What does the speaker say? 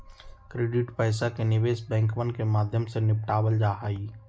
credit पैसा के निवेश बैंकवन के माध्यम से निपटावल जाहई